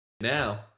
now